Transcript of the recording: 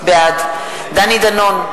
בעד דני דנון,